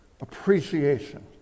appreciation